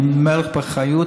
אני אומר לך באחריות.